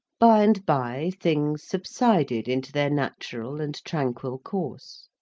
bye-and-bye things subsided into their natural and tranquil course.